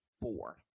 four